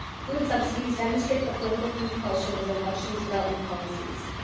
food subsidies demonstrate the political compulsions of bakshi's development policies.